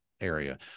area